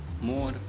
more